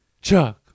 Chuck